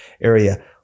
area